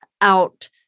out